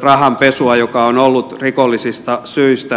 rahanpesua joka on ollut rikollisista syistä tarpeen